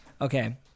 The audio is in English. Okay